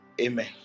Amen